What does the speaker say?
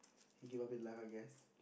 he give up in life I guess